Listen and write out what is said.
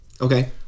okay